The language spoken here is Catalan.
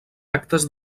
actes